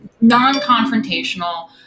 non-confrontational